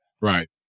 Right